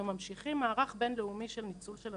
וממשיכים מערך בין-לאומי של ניצול של אנשים.